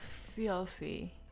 filthy